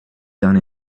done